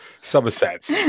Somerset